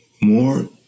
more